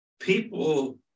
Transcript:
People